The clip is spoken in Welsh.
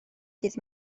ddydd